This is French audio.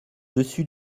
dessus